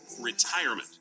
retirement